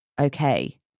okay